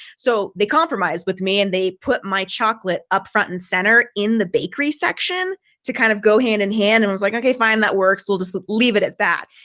so they compromise with me, and they put my chocolate up front and center in the bakery section to kind of go hand in hand and i was like, okay, fine. that works. we'll just leave it at that.